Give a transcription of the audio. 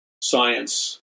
science